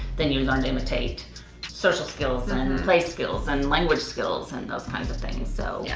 then you learn to imitate social skills and and play skills and language skills and those kinds of things, so. yeah.